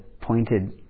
pointed